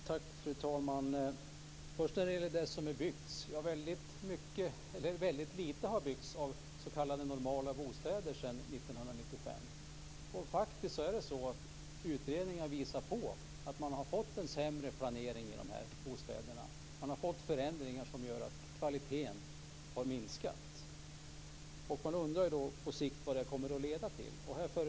Fru talman! Först gäller det vad som har byggts. Väldigt lite har byggts av s.k. normala bostäder sedan 1995. Och det är faktiskt så att utredningar har visat att man har fått en sämre planering i de här bostäderna. Man har fått förändringar som gör att kvaliteten har minskat. Man undrar vad det här kommer att leda till på sikt.